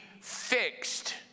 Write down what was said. fixed